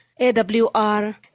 AWR